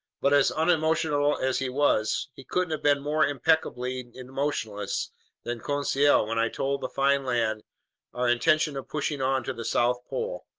but as unemotional as he was, he couldn't have been more impeccably emotionless than conseil when i told the fine lad our intention of pushing on to the south pole.